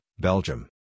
Belgium